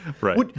Right